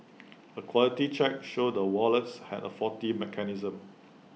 A quality check showed the wallets had A faulty mechanism